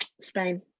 Spain